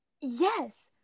Yes